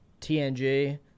TNG